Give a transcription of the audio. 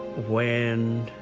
when